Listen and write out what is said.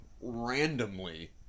randomly